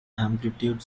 amplitude